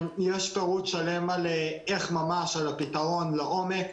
יש פירוט שלם של הפתרון לעומק,